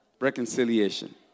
reconciliation